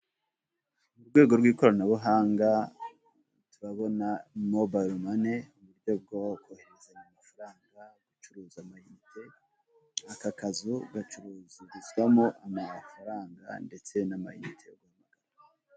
Urwego rw'ikoranabuhanga turabona "mobile money," urwego rwo kohereza amafaranga, gucuruza amayinite, aka kazu gacururizwamo amafaranga ndetse n'amayinite.